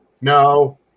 No